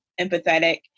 empathetic